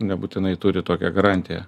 nebūtinai turi tokią garantiją